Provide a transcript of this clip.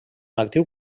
actiu